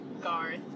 Garth